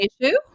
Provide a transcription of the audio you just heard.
issue